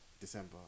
December